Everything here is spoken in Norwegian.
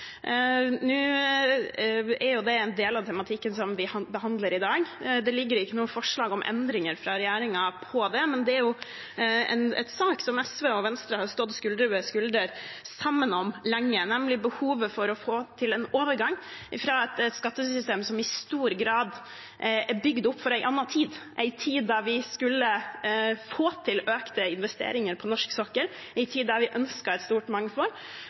Nå er jo det en del av tematikken som vi behandler i dag. Det ligger ikke noe forslag fra regjeringen om endringer i det, men det er jo en sak som SV og Venstre har stått skulder ved skulder om lenge, nemlig behovet for å få til en overgang fra et skattesystem som i stor grad er bygd opp for en annen tid, en tid da vi skulle få til økte investeringer på norsk sokkel, en tid da vi ønsket et stort